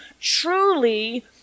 truly